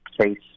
case